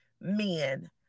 men